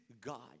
God